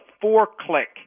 four-click